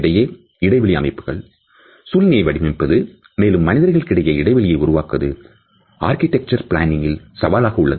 இடையே இடைவெளி அமைப்புகள் சூழ்நிலையை வடிவமைப்பது மேலும் மனிதர்கள் இடையே இடைவெளியை உருவாக்குவது ஆர்கிடெக்சர் பிளானிங் சவாலாக உள்ளது